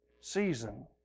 season